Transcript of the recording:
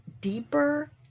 deeper